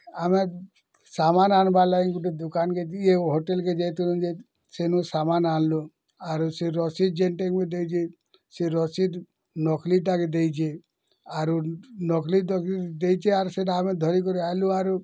ଆମେ ସାମାନ୍ ଆଣିବାର୍ ଲାଗି ଗୁଟେ ଦୁକାନ୍କେ ଇଏ ହୋଟେଲ୍କେ ଯାଇଥିଲୁ ଯେ ସେନୁ ସାମାନ୍ ଆଣିଲୁ ଆରୁ ସେ ରସିଦ ଯେନ୍ଟା ଗୁଟେ ଦେଇଛେ ସେ ରସିଦ୍ ନକ୍ଲିଟା କେ ଦେଇଛେ ଆରୁ ନକ୍ଲି ଦେଇଛେ ଆରୁ ସେଟା ଆମେ ଧରି କରି ଆଏଲୁ ଆରୁ